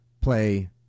play